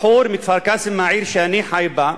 בחור מכפר-קאסם, העיר שאני חי בה,